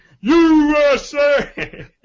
USA